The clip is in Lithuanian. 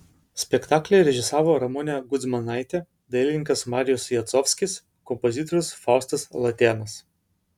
spektaklį režisavo ramunė kudzmanaitė dailininkas marijus jacovskis kompozitorius faustas latėnas